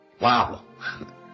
wow